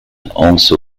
also